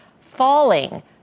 falling